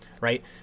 right